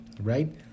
right